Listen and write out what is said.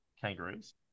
Kangaroos